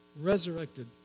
Resurrected